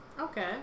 Okay